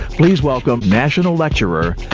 please welcome, national lecturer,